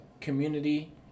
community